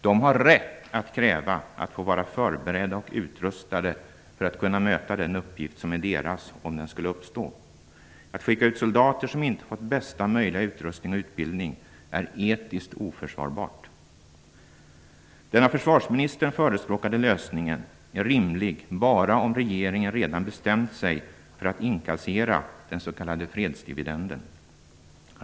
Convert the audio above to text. De har rätt att kräva att få vara förberedda och utrustade för att kunna möta den uppgift som är deras, om den skulle uppstå. Att skicka ut soldater, som inte fått bästa möjliga utrustning och utbildning är etiskt oförsvarbart. Den av försvarsministern förespråkade lösningen är rimlig bara om regeringen redan bestämt sig för att inkassera den s.k. fredsdividenden.